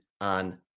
on